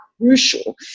crucial